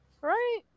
Right